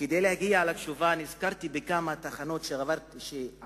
וכדי להגיע לתשובה נזכרתי בכמה תחנות שעברתי